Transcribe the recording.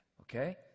Okay